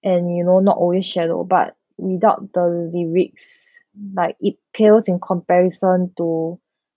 and you know not always shallow but without the lyrics like it pales in comparison to